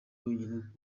wenyine